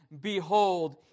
Behold